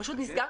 פשוט נסגר,